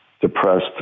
depressed